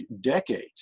decades